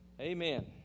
amen